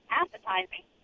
appetizing